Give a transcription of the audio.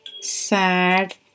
sad